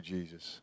Jesus